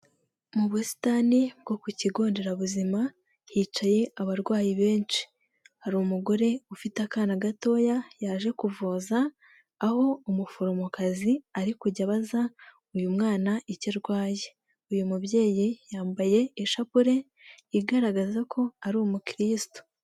Mu busitani bwo ku kigo nderabuzima hicaye abarwayi benshi. Hari umugore ufite akana gatoya yaje kuvuza, aho umuforomokazi ari kujya abaza uyu mwana icyo arwaye. Uyu mubyeyi yambaye ishapure igaragaza ko ari umukristo.